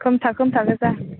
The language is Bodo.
खोमथा खोमथा गोजा